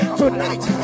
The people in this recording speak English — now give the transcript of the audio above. tonight